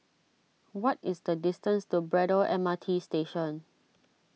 what is the distance to Braddell M R T Station